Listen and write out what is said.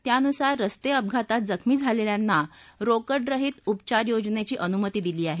त्यानुसार रस्ते अपघातात जखमी झालेल्यांना रोकडरहित उपचार योजनेची अनुमती दिली आहे